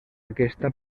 aquesta